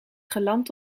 geland